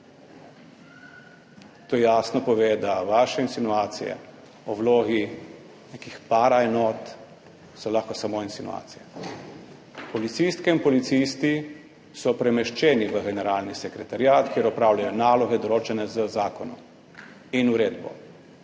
to jasno pove, da so lahko vaše insinuacije o vlogi nekih paraenot samo insinuacije. Policistke in policisti so premeščeni v generalni sekretariat, kjer opravljajo naloge, določene z zakonom in uredbo.